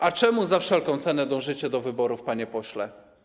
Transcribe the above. A czemu za wszelką cenę dążycie do wyborów, panie pośle?